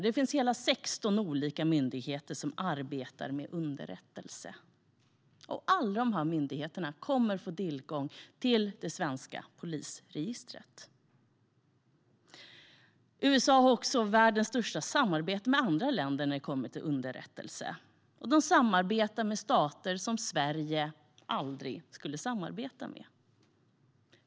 Det finns hela 16 olika myndigheter som arbetar med underrättelse, och alla dessa myndigheter kommer att få tillgång till det svenska polisregistret. USA har också världens största samarbete med andra länder när det kommer till underrättelse, och de samarbetar med stater som Sverige aldrig skulle samarbeta med.